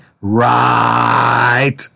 Right